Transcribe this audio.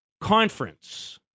conference